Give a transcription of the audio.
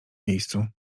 miejscu